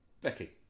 Becky